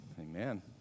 Amen